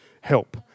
help